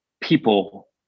people